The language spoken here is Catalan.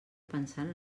pensant